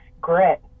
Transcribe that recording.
grit